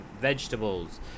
vegetables